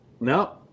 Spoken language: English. No